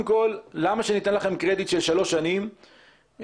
למה שניתן לכם קרדיט של שלוש שנים כאשר